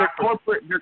corporate